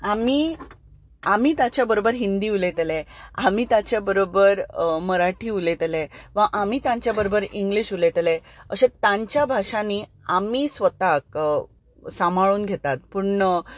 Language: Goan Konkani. आमी आमीय ताचे बरोबर हिंदी उलयतले आमी ताचे बरोबर मराठी उलयतले ना आमी तांचे बरोबर इंग्लीश उलयतले अशें तांच्या भाशांनी आमी स्वताक सांबाळून घेतात पूण